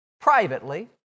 privately